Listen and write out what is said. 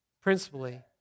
Principally